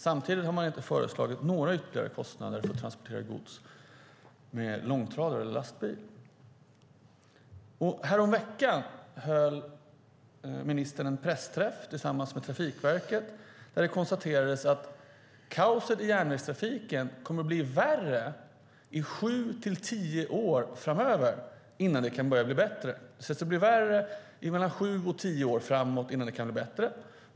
Samtidigt har man inte föreslagit några ytterligare kostnader för att transportera gods med långtradare eller lastbil. Häromveckan höll ministern en pressträff tillsammans med Trafikverket där det konstaterades att kaoset i järnvägstrafiken kommer att bli värre i sju till tio år framåt innan det kan börja bli bättre.